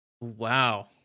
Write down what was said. Wow